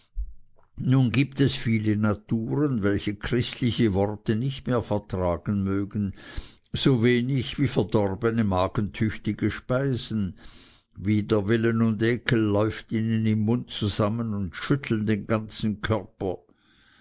nun gibt es viele naturen welche christliche worte nicht mehr vertragen mögen so wenig wie verdorbene magen tüchtige speise widerwillen und ekel läuft ihnen im munde zusammen und schüttelt den ganzen körper